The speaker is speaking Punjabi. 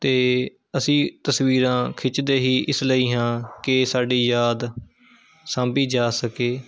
ਅਤੇ ਅਸੀਂ ਤਸਵੀਰਾਂ ਖਿੱਚਦੇ ਹੀ ਇਸ ਲਈ ਹਾਂ ਕਿ ਸਾਡੀ ਯਾਦ ਸਾਂਭੀ ਜਾ ਸਕੇ